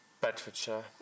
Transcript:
Bedfordshire